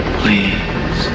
please